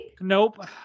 Nope